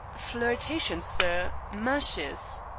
flirtations, sir. mashes.